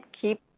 Keep